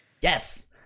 Yes